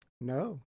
No